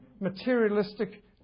materialistic